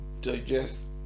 digest